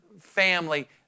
family